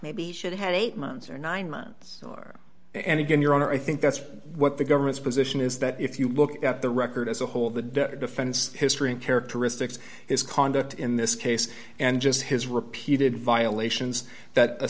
maybe should have eight months or nine months or and again your honor i think that's what the government's position is that if you look at the record as a whole the defense history and characteristics his conduct in this case and just his repeated violations that a